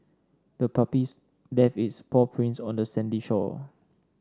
the puppy left its paw prints on the sandy shore